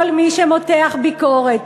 כל מי שמותח ביקורת